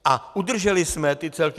A udrželi jsme celky.